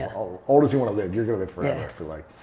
and old old as you want to live, you're gonna live forever i feel like.